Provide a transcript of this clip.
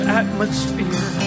atmosphere